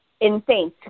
Insane